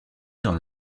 dans